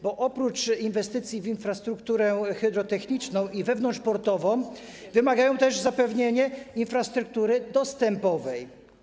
Bo oprócz inwestycji w infrastrukturę hydrotechniczną i wewnątrzportową wymagają one też zapewnienia infrastruktury dostępowej.